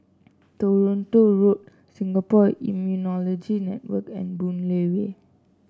Toronto Road Singapore Immunology Network and Boon Lay Way